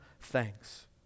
thanks